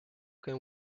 can